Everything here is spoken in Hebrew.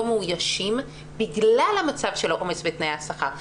מאוישים בגלל המצב של העומס ותנאי השכר.